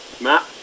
Matt